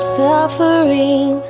suffering